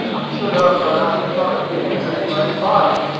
i stood up, but i could not see anything or anybody.